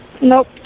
Nope